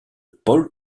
paul